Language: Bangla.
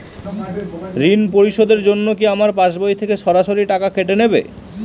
ঋণ পরিশোধের জন্য কি আমার পাশবই থেকে সরাসরি টাকা কেটে নেবে?